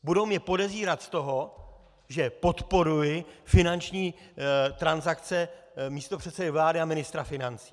Budou mě podezírat z toho, že podporuji finanční transakce místopředsedy vlády a ministra financí.